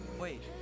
Wait